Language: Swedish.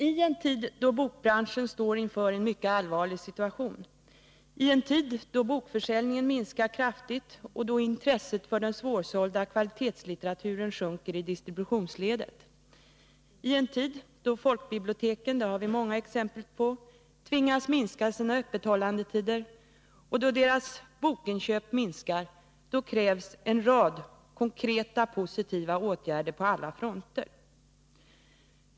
I en tid då bokbranschen står inför en mycket allvarlig situation, i en tid då bokförsäljningen minskar kraftigt och då intresset för den svårsålda kvalitetslitteraturen sjunker i distributionsledet, i en tid då folkbiblioteken tvingas — det har vi många exempel på — minska sina öppethållandetider och då deras bokinköp minskar, då krävs en rad konkreta positiva åtgärder på alla fronter.